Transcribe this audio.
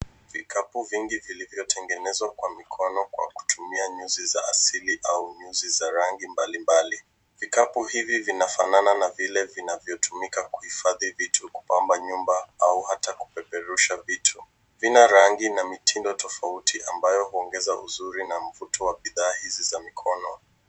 Vikapu vingi vilivyotengenezwa kwa mkono kwa kutumia nyuzi za asili au nyuzi za rangi mbalimbali. Vikapu hivi vinafanana na vile vinavyotumika kuhifadhi vitu, kupamba nyumba au hata kupeperusha vitu. Vina rangi na mitindo tofauti ambayo huongeza uzuri na mvuto wa bidhaa hizi za mikono.